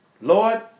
Lord